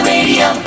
Radio